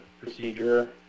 procedure